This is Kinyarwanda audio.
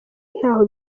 ntaho